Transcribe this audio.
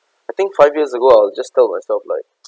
I think five years ago I'll just tell myself like